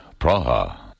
Praha